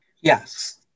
Yes